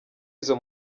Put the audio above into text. izo